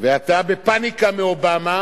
ואתה בפניקה מאובמה,